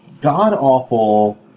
god-awful